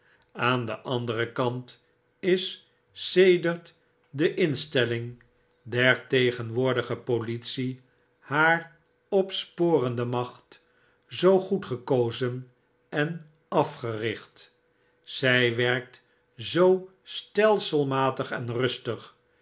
aan den anderen kant is sedert de instelling der tegenwoordige politie haar opsporende macht zoo goed gekozen en afgericht zy werkt zoo stelseimatig en rustig